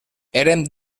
érem